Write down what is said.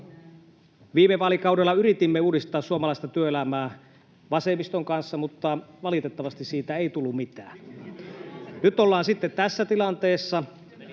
Viime vaalikaudella yritimme uudistaa suomalaista työelämää vasemmiston kanssa, mutta valitettavasti siitä ei tullut mitään. Nyt ollaan sitten tässä tilanteessa.